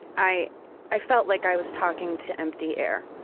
i i felt like i was talking to empty air,